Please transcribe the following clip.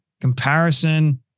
comparison